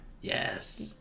Yes